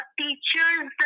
teacher's